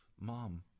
mom